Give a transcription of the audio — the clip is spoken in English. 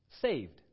Saved